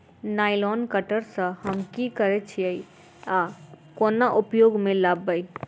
Nylon cutter सँ हम की करै छीयै आ केना उपयोग म लाबबै?